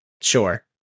Sure